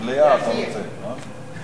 מליאה אתה רוצה, לא?